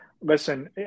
Listen